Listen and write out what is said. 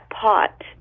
pot